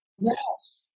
Yes